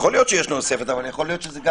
נוספת?